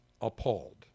appalled